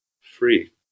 free